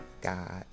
God